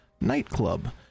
nightclub